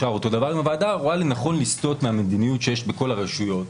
אם הוועדה רואה לנכון לסטות מהמדיניות שיש בכל הרשויות,